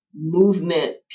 movement